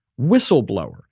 whistleblower